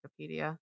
Wikipedia